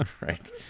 Right